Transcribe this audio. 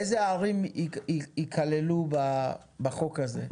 איזה ערים ייכללו בחוק הזה?